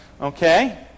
Okay